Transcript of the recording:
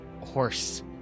horse